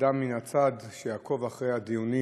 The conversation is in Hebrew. אדם מן הצד שיעקוב אחרי הדיונים